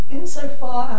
Insofar